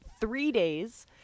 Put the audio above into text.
three-days